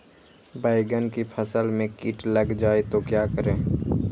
बैंगन की फसल में कीट लग जाए तो क्या करें?